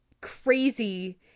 crazy